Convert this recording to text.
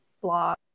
blog